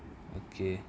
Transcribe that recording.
okay